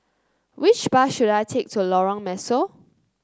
which bus should I take to Lorong Mesu